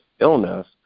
illness